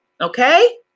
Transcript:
okay